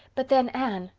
but then, anne,